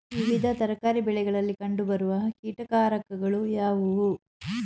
ವಿವಿಧ ತರಕಾರಿ ಬೆಳೆಗಳಲ್ಲಿ ಕಂಡು ಬರುವ ಕೀಟಕಾರಕಗಳು ಯಾವುವು?